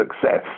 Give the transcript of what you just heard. success